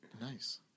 Nice